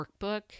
workbook